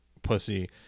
pussy